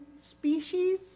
species